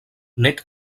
nek